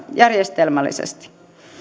järjestelmällisesti